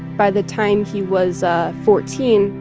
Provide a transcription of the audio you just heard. by the time he was ah fourteen.